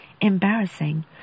embarrassing